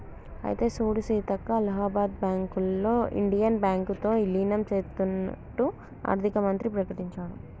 అయితే సూడు సీతక్క అలహాబాద్ బ్యాంకులో ఇండియన్ బ్యాంకు తో ఇలీనం సేత్తన్నట్టు ఆర్థిక మంత్రి ప్రకటించాడు